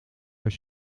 als